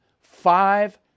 Five